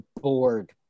bored